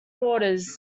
orders